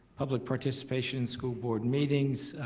public participation in school board meetings.